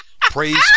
Praise